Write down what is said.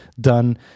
Done